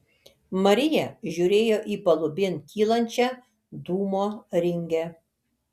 marija žiūrėjo į palubėn kylančią dūmo ringę